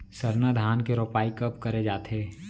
सरना धान के रोपाई कब करे जाथे?